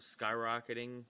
skyrocketing